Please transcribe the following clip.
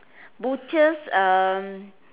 butchers uh